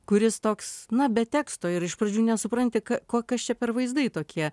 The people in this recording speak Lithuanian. kuris toks na be teksto ir iš pradžių nesupranti ko kas čia per vaizdai tokie